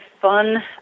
fun